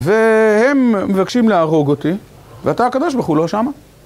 והם מבקשים להרוג אותי ואתה הקדוש-ברוך-הוא לא שם.